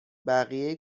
بقیه